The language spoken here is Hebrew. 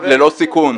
ללא סיכון.